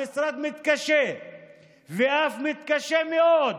המשרד מתקשה ואף מתקשה מאוד